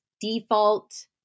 default